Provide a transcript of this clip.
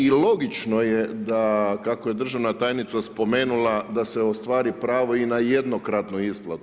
I logično je da kako je državna tajnica spomenula da se ostvari pravo i na jednokratnu isplatu.